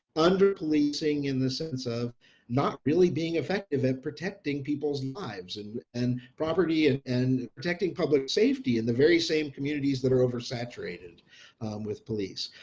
underpolicing in the sense of not really being effective at protecting people's lives and and property and and protecting public safety and the very same communities that are oversaturated with police.